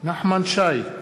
נחמן שי,